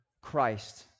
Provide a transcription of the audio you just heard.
Christ